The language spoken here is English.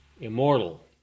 immortal